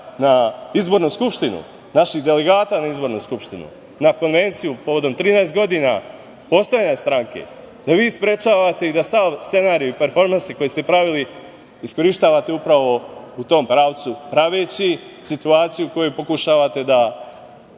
na izbornu skupštinu, naših delegata na izbornu skupštinu, na konvenciju povodom 13 godina postojanja stranke, da vi sprečavate i da sav scenario i performanse koje ste pravili iskorišćavate upravo u tom pravcu praveći situaciju koju pokušavate da